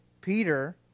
Peter